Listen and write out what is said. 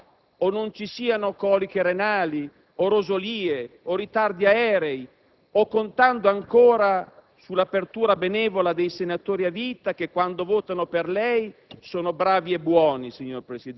sperando che ci siano o non ci siano coliche renali o rosolie o ritardi aerei o contando ancora sull'apertura benevola dei senatori a vita che quando votano per lei